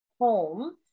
home